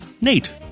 Nate